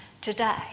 today